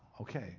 Okay